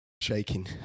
Shaking